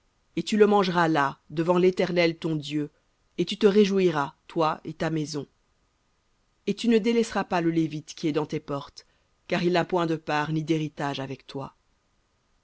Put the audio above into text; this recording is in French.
et tu le mangeras là devant l'éternel ton dieu et tu te réjouiras toi et ta maison et tu ne délaisseras pas le lévite qui est dans tes portes car il n'a point de part ni d'héritage avec toi